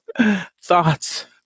thoughts